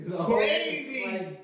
Crazy